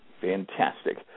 Fantastic